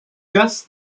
just